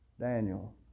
Daniel